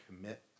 commit